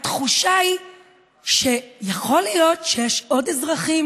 התחושה היא שיכול להיות שיש עוד אזרחים